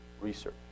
research